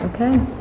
Okay